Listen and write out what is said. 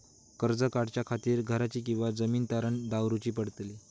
कर्ज काढच्या खातीर घराची किंवा जमीन तारण दवरूची पडतली?